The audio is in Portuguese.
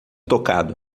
tocado